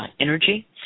energy